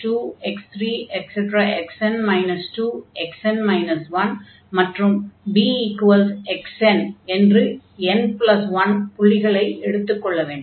xn 2 xn 1 மற்றும் bxn என்று n1 புள்ளிகளை எடுத்துக் கொள்ள வேண்டும்